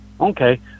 okay